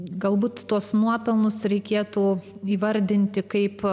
galbūt tuos nuopelnus reikėtų įvardinti kaip